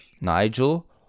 Nigel